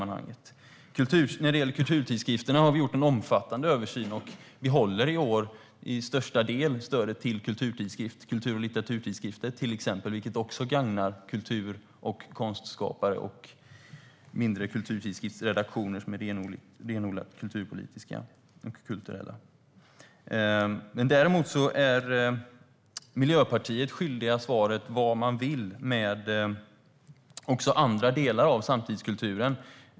När det gäller kulturtidskrifterna har vi gjort en omfattande översyn, och vi avsätter i år en större del till kultur och litteraturtidskrifter, vilket också gagnar kultur och konstskapare och mindre kulturtidskriftsredaktioner som är renodlat kulturpolitiska och kulturella. Däremot är Miljöpartiet svaret skyldigt beträffande vad de vill med andra delar av samtidskulturen.